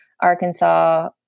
Arkansas